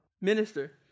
minister